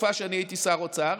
בתקופה שאני הייתי שר האוצר.